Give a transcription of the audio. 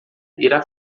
irá